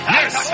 yes